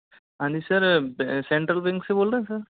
हाँ जी sir central bank से बोल रहे हैं सर